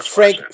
Frank